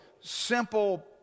simple